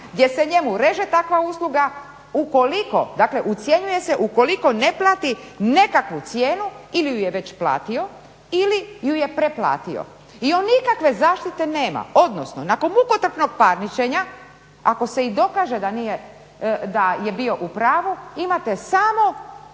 gdje se njemu reže takva usluga, dakle ucjenjuje se ukoliko ne plati nekakvu cijenu ili ju je već platio ili ju je preplatio i on nikakve zaštite nema. Odnosno, nakon mukotrpnog parničenja ako se i dokaže da je bio u pravu imate samo